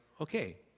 okay